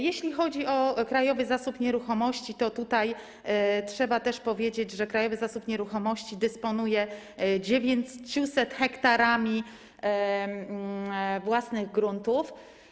Jeśli chodzi o Krajowy Zasób Nieruchomości, to trzeba też powiedzieć, że Krajowy Zasób Nieruchomości dysponuje 900 ha własnych gruntów.